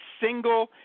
single